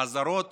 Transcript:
האזהרות